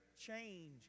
change